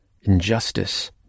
injustice